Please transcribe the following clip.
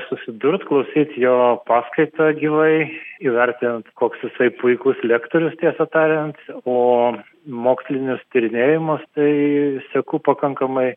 susidurt klausyt jo paskaitą gyvai įvertint koks jisai puikus lektorius tiesą tariant o mokslinius tyrinėjimus tai seku pakankamai